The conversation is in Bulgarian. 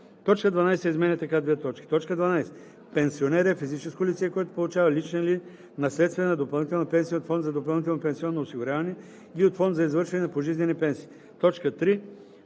така: „12. „Пенсионер“ е физическо лице, което получава лична или наследствена допълнителна пенсия от фонд за допълнително пенсионно осигуряване или от фонд за изплащане на пожизнени пенсии.“ 3.